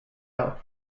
and